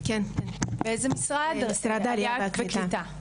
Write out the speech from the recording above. משרד העלייה והקליטה.